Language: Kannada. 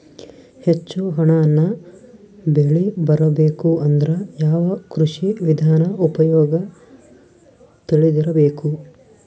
ಹೆಚ್ಚು ಹಣ್ಣನ್ನ ಬೆಳಿ ಬರಬೇಕು ಅಂದ್ರ ಯಾವ ಕೃಷಿ ವಿಧಾನ ಉಪಯೋಗ ತಿಳಿದಿರಬೇಕು?